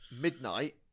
Midnight